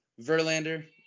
Verlander